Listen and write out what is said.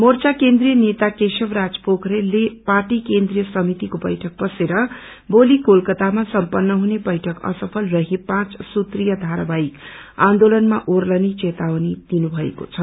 मोच्य केन्द्रिय नेता केशव राज पोखरेलले पार्टी केनिय समितिको बैठक बसेर भोली कोलकातामा सम्पन्न हुने बैइक असूल रहे पाँच सुत्रिय धाररावाहिक आन्दोलनमा ओर्लिने चेतावनी दिनुभएको छ